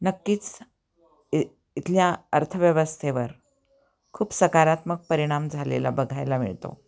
नक्कीच इ इथल्या अर्थव्यवस्थेवर खूप सकारात्मक परिणाम झालेला बघायला मिळतो